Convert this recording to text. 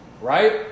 right